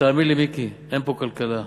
ותאמין לי, מיקי, אין פה כלכלה,